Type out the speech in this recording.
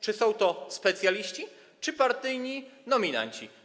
Czy są to specjaliści, czy partyjni nominaci?